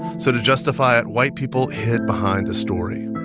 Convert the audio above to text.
so to justify it, white people hid behind a story.